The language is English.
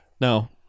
No